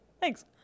thanks